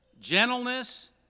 gentleness